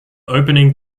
opening